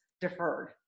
deferred